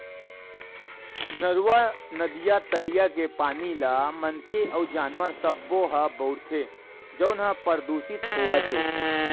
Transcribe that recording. नरूवा, नदिया, तरिया के पानी ल मनखे अउ जानवर सब्बो ह बउरथे जउन ह परदूसित होवत हे